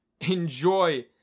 Enjoy